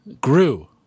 grew